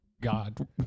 God